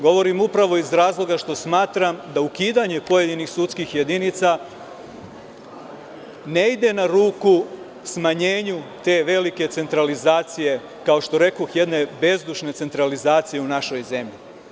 Govorim upravo iz razloga što smatram da ukidanje pojedinih sudskih jedinica ne ide na ruku smanjenju te velike centralizacije, kao što rekoh, jedne bezdušne centralizacije u našoj zemlji.